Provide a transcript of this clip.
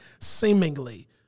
seemingly